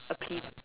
appeal